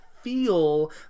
feel